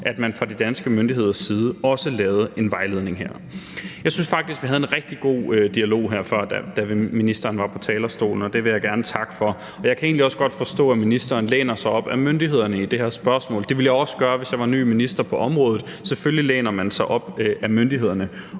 at man fra de danske myndigheders side også lavede en vejledning her. Jeg synes faktisk, vi havde en rigtig god dialog her før, da ministeren var på talerstolen, og det vil jeg gerne takke for. Og jeg kan egentlig også godt forstå, at ministeren læner sig op ad myndighederne i det her spørgsmål. Det ville jeg også gøre, hvis jeg var ny minister på området. Selvfølgelig læner man sig op ad myndighederne,